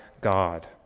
God